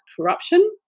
corruption